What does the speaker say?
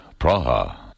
Praha